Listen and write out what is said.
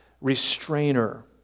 restrainer